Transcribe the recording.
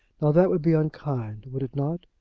now that would be unkind would it not?